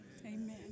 Amen